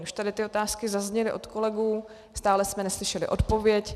Už tady ty otázky zazněly od kolegů, stále jsme neslyšeli odpověď.